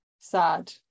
sad